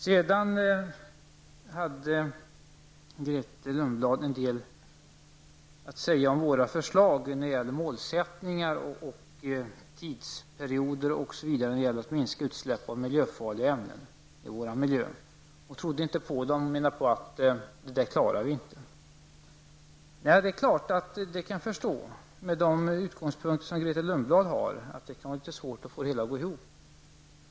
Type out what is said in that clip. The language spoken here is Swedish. Grethe Lundblad hade en del att säga om våra förslag till målsättningar och tidsperioder för att minska utsläppen av miljöfarliga ämnen i vår miljö. Hon menade att vi inte skulle klara dem. Jag kan förstå att det, med de utgångspunkter som Grethe Lundblad har, kan vara litet svårt att få det hela att gå ihop.